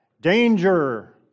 Danger